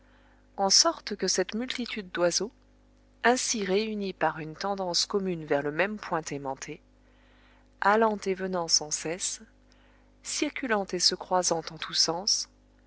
en sorte que cette multitude d'oiseaux ainsi réunis par une tendance commune vers le même point aimanté allant et venant sans cesse circulant et se croisant en tous sens